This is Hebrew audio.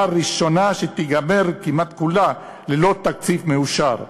הראשונה שתיגמר כמעט כולה ללא תקציב מאושר.